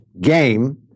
game